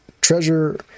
treasure